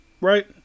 Right